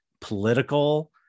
political